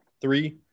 Three